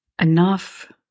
enough